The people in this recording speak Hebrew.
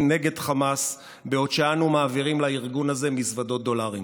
נגד חמאס בעוד אנו מעבירים לארגון הזה מזוודות דולרים.